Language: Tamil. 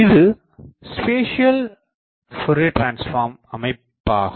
இது ஸ்பேசியல் ஃபோரியர் டிரான்ஸ்பார்ம் அமைப்பாகும்